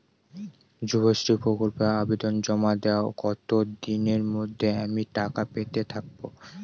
যুবশ্রী প্রকল্পে আবেদন জমা দেওয়ার কতদিনের মধ্যে আমি টাকা পেতে থাকব?